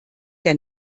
der